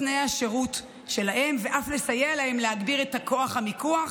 תנאי השירות שלהם ואף לסייע להם להגביר את כוח המיקוח